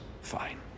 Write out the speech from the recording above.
fine